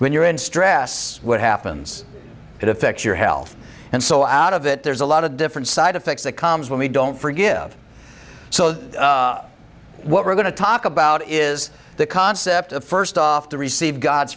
when you're in stress what happens it affects your health and so out of it there's a lot of different side effects that comes when we don't forgive so what we're going to talk about is the concept of first off to receive god's